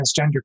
transgender